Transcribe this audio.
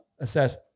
Assess